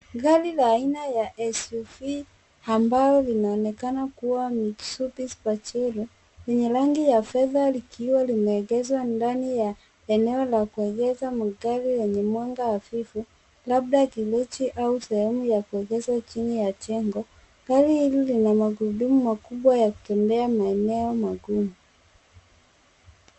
Gari la haina ya ambalo linaonekana kuwa Mitsubishi Pajero, lenye rangi ya fedha likiwa limeegezwa ndani ya eneo la kuegeza magari chini ya jengo. Gari hili lina magurudumu makubwa ya kutembea kwenye maeneo magumu.